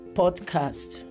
podcast